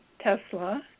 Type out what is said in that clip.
Tesla